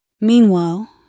Meanwhile